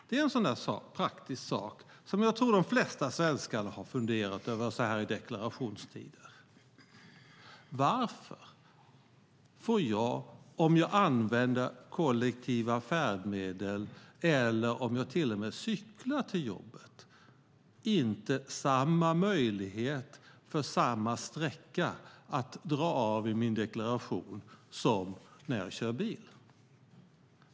Det är en sådan där praktisk sak jag tror att de flesta svenskar har funderat över så här i deklarationstider. Varför får jag om jag använder kollektiva färdmedel eller till och med cyklar till jobbet inte samma möjlighet att för samma sträcka dra av i min deklaration som när jag kör bil?